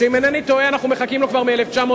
שאם אינני טועה אנחנו מחכים לו כבר מ-1947.